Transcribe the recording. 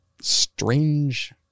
strange